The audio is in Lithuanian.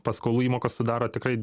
paskolų įmokos sudaro tikras